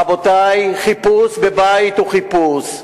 רבותי, חיפוש בבית הוא חיפוש,